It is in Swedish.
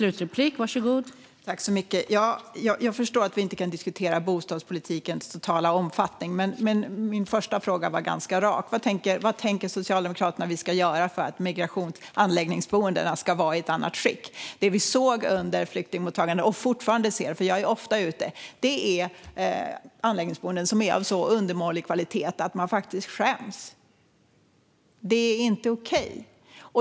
Fru talman! Jag förstår att vi inte kan diskutera bostadspolitikens totala omfattning, men min första fråga var ganska rak. Vad tänker Socialdemokraterna att vi ska göra för att anläggningsboendena ska vara i ett annat skick? Det vi såg under flyktingmottagandet och fortfarande ser - jag är ofta ute - är anläggningsboenden som är av så undermålig kvalitet att man skäms. Det är inte okej.